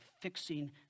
fixing